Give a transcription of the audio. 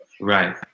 Right